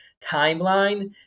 timeline